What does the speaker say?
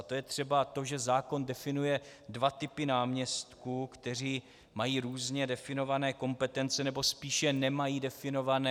To je třeba to, že zákon definuje dva typy náměstků, kteří mají různě definované kompetence, nebo spíš je nemají definované.